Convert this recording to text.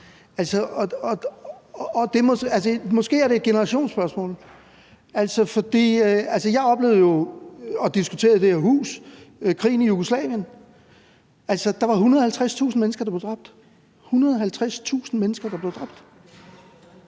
Måske er det en generationsspørgsmål, for jeg oplevede jo – og diskuterede den i det her hus – krigen i Jugoslavien. Der var 150.000 mennesker, der blev dræbt – 150.000 mennesker, der blev dræbt!